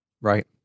Right